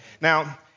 Now